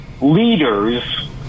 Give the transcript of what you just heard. Leaders